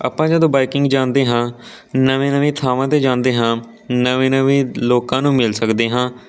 ਆਪਾਂ ਜਦੋਂ ਬਾਈਕਿੰਗ ਜਾਂਦੇ ਹਾਂ ਨਵੇਂ ਨਵੇਂ ਥਾਵਾਂ 'ਤੇ ਜਾਂਦੇ ਹਾਂ ਨਵੇਂ ਨਵੇਂ ਲੋਕਾਂ ਨੂੰ ਮਿਲ ਸਕਦੇ ਹਾਂ